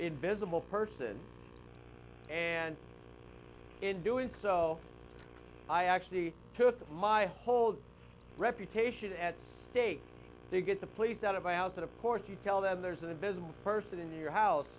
invisible person and in doing so i actually took my whole reputation at stake to get the police out of my house and of course you tell them there's an invisible person in your house